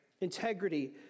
integrity